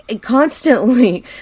Constantly